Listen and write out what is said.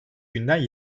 günden